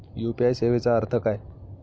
UPI सेवेचा अर्थ काय?